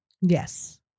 Yes